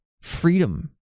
freedom